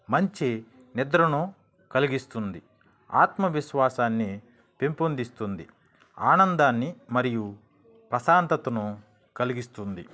మంచి నిద్రను కలిగిస్తుంది ఆత్మవిశ్వాసాన్ని పెంపొందిస్తుంది ఆనందాన్ని మరియు ప్రశాంతతను కలిగిస్తుంది